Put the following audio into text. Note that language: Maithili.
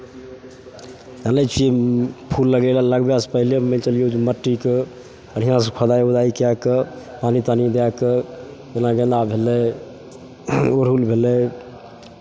जानै छियै फूल लगयला लगबयसँ पहिले मानि कऽ चलियौ जे मट्टीके बढ़िआँसँ खोदाइ उदाइ कए कऽ पानि तानि दए कऽ जेना गेन्दा भेलै अरहुल भेलै